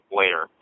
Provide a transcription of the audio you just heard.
later